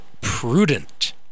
prudent